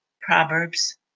Proverbs